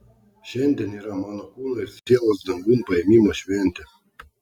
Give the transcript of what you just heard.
šiandien yra mano kūno ir sielos dangun paėmimo šventė